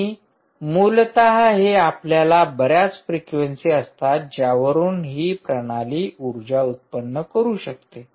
आणि मूलत हे आपल्याला बर्याच फ्रिक्वेंसी असतात ज्यावरून ही प्रणाली उर्जा उत्पन्न करू शकते